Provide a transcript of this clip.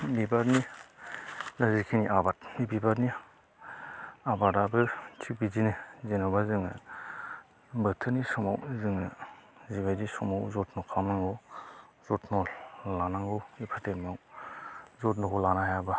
बिबारनि दा जिखिनि आबाद बिबारनि आबादाबो थिग बिदिनो जेन'बा जोङो बोथोरनि समाव जोङो जिबायदि समाव जथ्न' खालामनांगौ जथ्न' लानांगौ बेफोर टाइमाव जथ्न'खौ लानो हायाब्ला